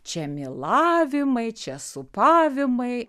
čia mylavimai čia sūpavimai